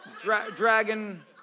dragon